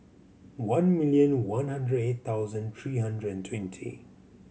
one million one hundred eight thousand three hundred twenty